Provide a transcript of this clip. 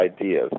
ideas